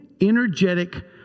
energetic